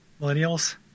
Millennials